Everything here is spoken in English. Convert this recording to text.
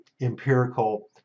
empirical